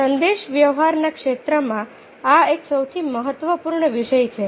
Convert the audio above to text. સંદેશા વ્યવહારના ક્ષેત્રમાં આ એક સૌથી મહત્વપૂર્ણ વિષય છે